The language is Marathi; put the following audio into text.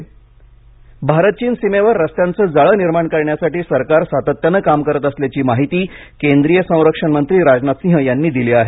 भारत चीन सीमा रस्ते भारत चीन सीमेवर रस्त्यांचे जाळे निर्माण करण्यासाठी सरकार सातत्याने काम करत असल्याची माहिती केंद्रीय संरक्षणमंत्री राजनाथसिंह यांनी दिली आहे